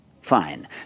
fine